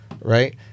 right